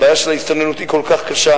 הבעיה של ההסתננות היא כל כך קשה,